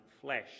flesh